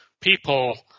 people